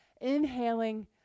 inhaling